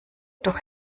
doch